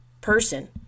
person